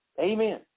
Amen